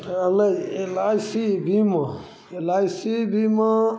तऽ हमे L I C बीमा एल आइ सी बीमा